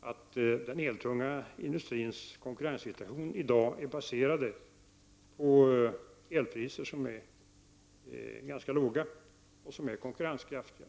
att den eltunga industrins konkurrenssituation i dag baseras på elpriser som är ganska låga och konkurrenskraftiga.